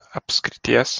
apskrities